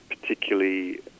particularly